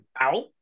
out